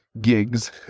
gigs